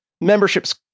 memberships